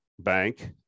Bank